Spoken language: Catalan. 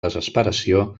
desesperació